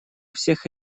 всех